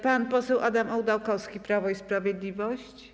Pan poseł Adam Ołdakowski, Prawo i Sprawiedliwość.